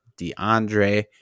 DeAndre